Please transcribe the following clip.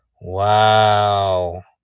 wow